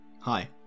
Hi